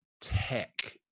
tech